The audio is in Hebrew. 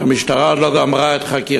כי המשטרה עוד לא גמרה את חקירתה,